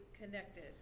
connected